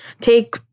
Take